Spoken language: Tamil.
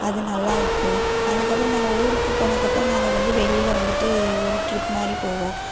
அது நல்லாயிருக்கும் அதுக்கப்புறம் நாங்கள் ஊருக்கு போனதுக்கப்புறம் நாங்கள் வந்து வெளியில் வந்துட்டு ஒரு ட்ரிப் மாதிரி போவோம்